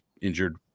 injured